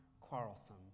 quarrelsome